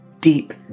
deep